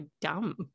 dumb